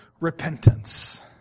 repentance